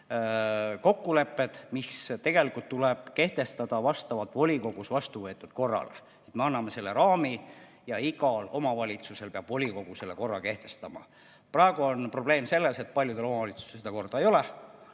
kokkulepped, mis tegelikult tuleb kehtestada vastavalt volikogus vastuvõetud korrale. Me anname selle raami ja igas omavalitsuses peab volikogu selle korra kehtestama. Praegu on probleem selles, et paljudel omavalitsustel seda korda ei ole.